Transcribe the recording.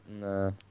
No